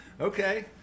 okay